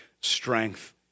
strength